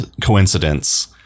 coincidence